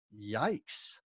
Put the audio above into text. yikes